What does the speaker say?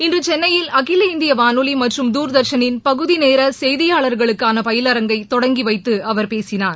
இன்று சென்னயில் அகில இந்திய வானொலி மற்றும் துர்தர்ஷனின் பகுதிநேர செய்தியாளா்களுக்கான பயிலரங்கை தொடங்கி வைத்து அவர் பேசினார்